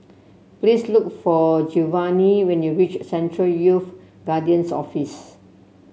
please look for Giovani when you reach Central Youth Guidance Office